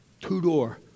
two-door